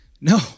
no